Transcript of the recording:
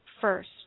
first